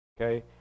okay